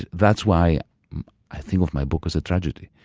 that's why i think of my book as a tragedy,